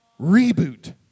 reboot